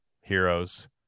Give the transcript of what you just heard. heroes